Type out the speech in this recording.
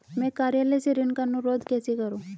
मैं कार्यालय से ऋण का अनुरोध कैसे करूँ?